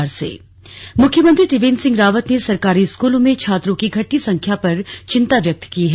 कार्यक्रम मुख्यमंत्री त्रिवेन्द्र सिंह रावत ने सरकारी स्कूलों में छात्रों की घटती संख्या पर चिन्ता व्यक्त की है